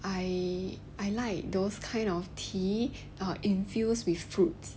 I I like those kind of tea infused with fruits